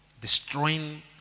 Destroying